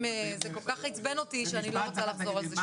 זה כל כך עיצבן אותי שאני לא רוצה לחזור על זה שוב.